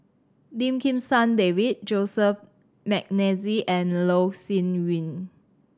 Lim Kim San David Joseph McNally and Loh Sin Yun